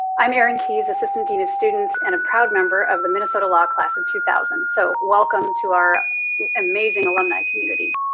i'm erin keyes, assistant dean of students, and a proud member of the minnesota law class of and two thousand. so welcome to our amazing alumni community!